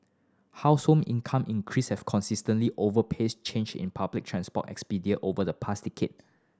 household income increase have consistently outpaced change in public transport over the past decade